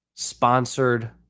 Sponsored